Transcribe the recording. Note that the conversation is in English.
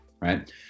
right